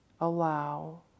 allow